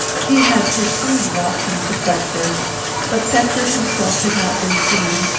he had pursued watson to thetford's but thetford himself had not been seen,